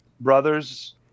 brothers